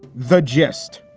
the gist.